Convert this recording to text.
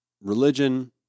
religion